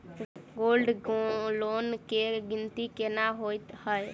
Gold loan केँ गिनती केना होइ हय?